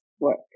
work